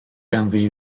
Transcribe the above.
ganddi